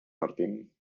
martín